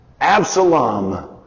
Absalom